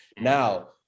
Now